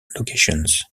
locations